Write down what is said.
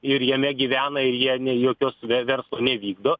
ir jame gyvena ir jie nei jokios ver verslo nevykdo